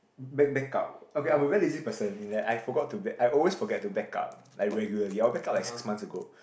back back up okay I'm a very lazy person in that I forgot to I always forget to back up like regularly I will back up like six months ago